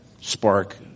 spark